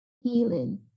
healing